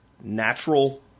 natural